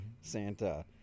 Santa